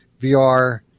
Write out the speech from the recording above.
VR